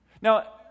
Now